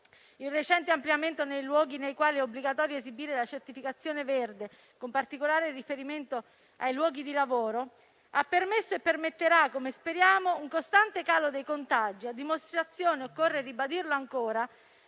il recente ampliamento dei luoghi nei quali è obbligatorio esibire la certificazione verde (con particolare riferimento a quelli di lavoro) hanno permesso e permetteranno, come speriamo, un costante calo dei contagi, a dimostrazione - occorre ribadirlo ancora